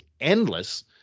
endless